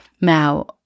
Now